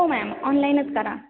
हो मॅम ऑनलाईनच करा